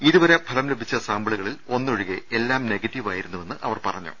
ഇതുവരെ ഫലം ലഭിച്ച സാമ്പിളുകളിൽ ഒന്നൊഴികെ എല്ലാം നെഗറ്റീവ് ആയിരുന്നുവെന്ന് അവർ പറഞ്ഞു